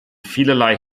vielerlei